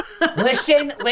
listen